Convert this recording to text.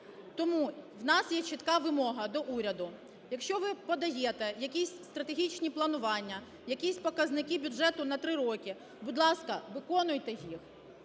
Тому в нас є чітка вимога до уряду: якщо ви подаєте якісь стратегічні планування, якісь показники бюджету на 3 роки, будь ласка, виконуйте їх,